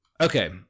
Okay